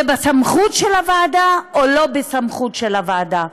זה בסמכות של הוועדה או לא בסמכות של הוועדה,